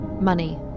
Money